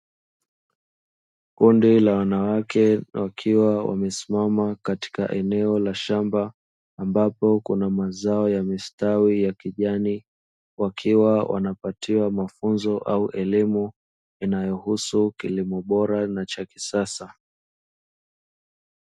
Kundi la wanawake wakiwa wamesimama katika eneo la shamba, ambapo kuna mazao yamestawi ya kijani, wakiwa wanapatiwa mafunzo au elimu inayohusu kilimo bora na cha kisasa.